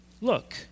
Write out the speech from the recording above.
Look